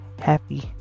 happy